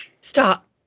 Stop